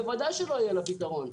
ודאי שלא יהיה לה פתרון.